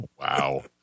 Wow